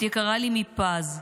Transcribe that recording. את יקרה לי מפז.